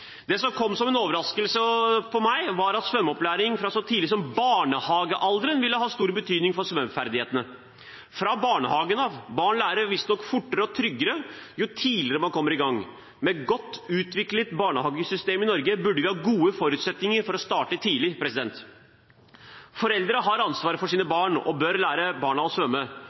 Det som kom som en overraskelse på meg, var at svømmeopplæring fra så tidlig som barnehagealder av ville ha stor betydning for svømmeferdighetene – barn lærer visstnok fortere og blir tryggere jo tidligere man kommer i gang. Med godt utviklet barnehagesystem i Norge burde vi ha gode forutsetninger for å starte tidlig. Foreldre har ansvaret for sine barn og bør lære barna å svømme.